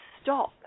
stop